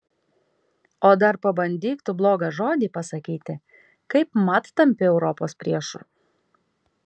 o dar pabandyk tu blogą žodį pasakyti kaipmat tampi europos priešu